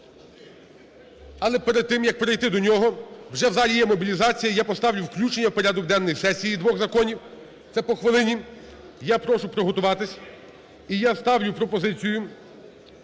Але перед тим як перейти до нього, вже в залі є мобілізація, я поставлю включення в порядок денний сесії двох законів, це по хвилині. Я прошу приготуватись. І я ставлю пропозицію…